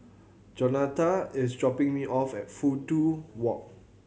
Jonatan is dropping me off at Fudu Walk